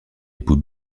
époux